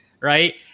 right